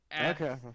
Okay